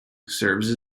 serves